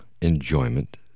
enjoyment